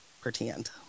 pretend